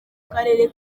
karere